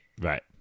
right